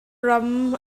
ram